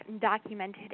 documented